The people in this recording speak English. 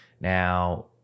Now